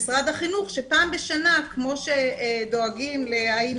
משרד החינוך שפעם בשנה כמו שדואגים להאם